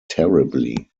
terribly